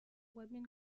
woodman